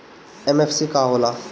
MFC का हो़ला?